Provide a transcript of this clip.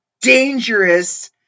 dangerous